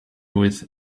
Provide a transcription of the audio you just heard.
with